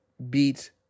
beat